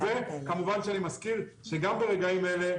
וכמובן שאני מזכיר שגם ברגעים אלה,